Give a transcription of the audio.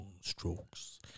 strokes